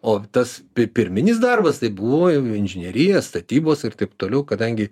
o tas pi pirminis darbas tai buvo jau inžinerija statybos ir taip toliau kadangi